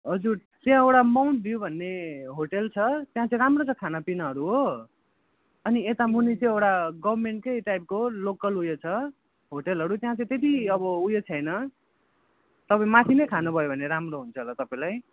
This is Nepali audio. हजुर त्यहाँ एउटा माउन्ट भ्यु भन्ने होटल छ त्यहाँ चाहिँ राम्रो छ खानापिनाहरू हो अनि यता मुनि चाहिँ एउटा गभर्मेन्टकै टाइपको लोकल उयो छ होटलहरू त्यहाँ चाहिँ त्यति अब उयो छैन तपाईँ माथि नै खानुभयो भने राम्रो हुन्छ होला तपाईँलाई